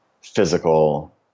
physical